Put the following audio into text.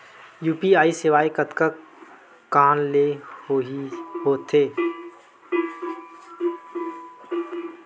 UPI सेवाएं कतका कान ले हो थे?